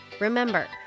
remember